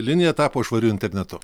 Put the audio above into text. linija tapo švariu internetu